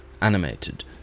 animated